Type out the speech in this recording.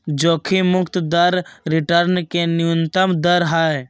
जोखिम मुक्त दर रिटर्न के न्यूनतम दर हइ